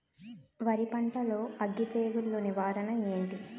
వరి పంటలో అగ్గి తెగులు నివారణ ఏంటి?